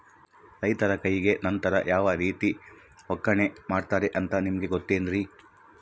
ರೈತರ ಕೈಗೆ ನಂತರ ಯಾವ ರೇತಿ ಒಕ್ಕಣೆ ಮಾಡ್ತಾರೆ ಅಂತ ನಿಮಗೆ ಗೊತ್ತೇನ್ರಿ?